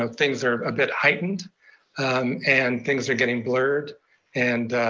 ah things are a bit heightened and things are getting blurred and